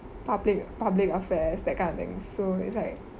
public public affairs that kind of thing so it's like